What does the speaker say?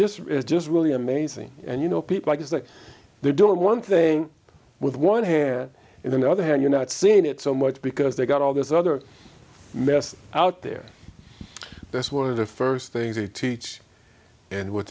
just it's just really amazing and you know people just like they're doing one thing with one hand and then the other hand you're not seeing it so much because they got all this other mess out there that's one of the first things they teach and what